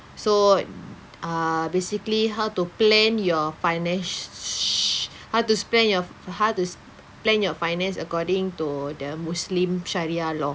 so err basically how to plan your financi~ how to spend how to plan your finance according to the muslim shariah law